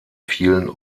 vielen